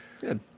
Good